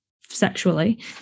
sexually